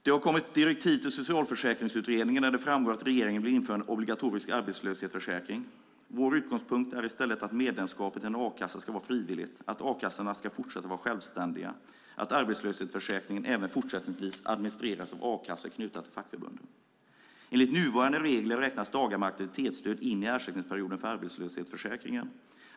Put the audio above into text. Det har kommit direktiv till Socialförsäkringsutredningen där det framgår att regeringen vill införa en obligatorisk arbetslöshetsförsäkring. Vår utgångspunkt är att medlemskapet i en a-kassa ska vara frivilligt, att a-kassorna ska fortsätta att vara självständiga och att arbetslöshetsförsäkringen även fortsättningsvis ska administreras av a-kassor knutna till fackförbunden. Enligt nuvarande regler räknas dagar med aktivitetsstöd in i ersättningsperioden för arbetslöshetsförsäkringen.